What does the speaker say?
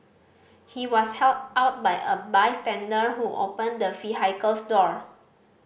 he was helped out by a bystander who opened the vehicle's door